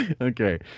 Okay